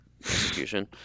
execution